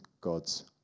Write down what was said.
God's